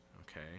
okay